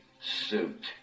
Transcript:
suit